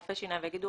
רופאי שיניים ויגידו,